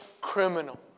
criminal